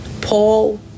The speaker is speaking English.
Paul